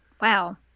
Wow